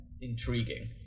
intriguing